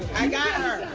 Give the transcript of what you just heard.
i got her!